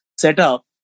setup